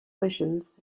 missions